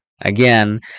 Again